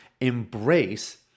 embrace